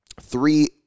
Three